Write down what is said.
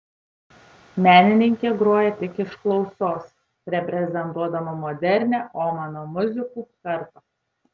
menininkė groja tik iš klausos reprezentuodama modernią omano muzikų kartą